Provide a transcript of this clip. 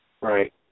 Right